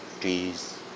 trees